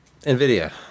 NVIDIA